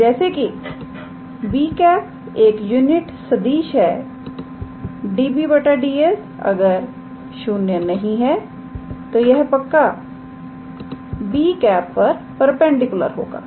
और जैसे कि 𝑏̂ एक यूनिट सदिश है dbds अगर 0 नहीं है तो पक्का 𝑏̂ पर परपेंडिकुलर होगा